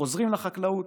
שחוזרים לחקלאות,